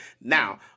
Now